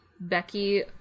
Becky